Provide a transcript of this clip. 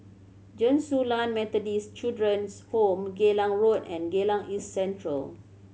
Chen Su Lan Methodist Children's Home Geylang Road and Geylang East Central